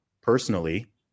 personally